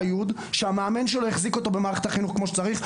י' שהמאמן שלו החזיק אותו במערכת החינוך כמו שצריך.